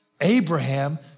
Abraham